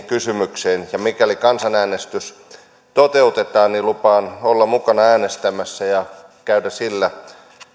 kysymykseen mikäli kansanäänestys toteutetaan niin lupaan olla mukana äänestämässä ja käydä sillä